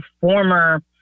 former